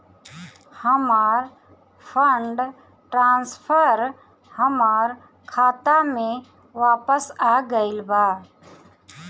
हमर fund transfer हमर खाता में वापस आ गईल बा